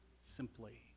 simply